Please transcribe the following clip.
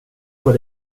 för